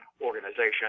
organization